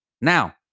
Now